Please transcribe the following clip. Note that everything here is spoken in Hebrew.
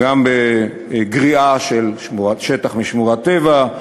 גם בגריעה של שטח משמורת טבע.